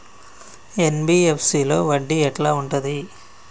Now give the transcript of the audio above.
NBFC లో వడ్డీ ఎట్లా ఉంటది?